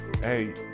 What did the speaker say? Hey